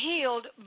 healed